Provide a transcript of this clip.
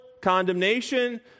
condemnation